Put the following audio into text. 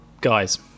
guys